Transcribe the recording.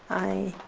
i